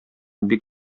бик